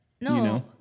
No